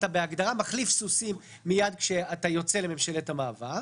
אתה בהגדרה מחליף סוסים מייד כשאתה יוצא לממשלת המעבר.